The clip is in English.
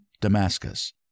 Damascus